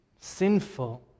sinful